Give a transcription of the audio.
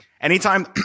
Anytime